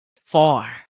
far